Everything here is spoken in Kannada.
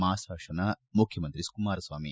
ಮಾಸಾಶನ ಮುಖ್ಖಮಂತ್ರಿ ಕುಮಾರಸ್ವಾಮಿ